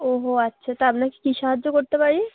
ওহো আচ্ছা তা আপনাকে কী সাহায্য করতে পারি